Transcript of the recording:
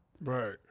Right